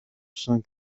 σαν